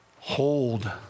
Hold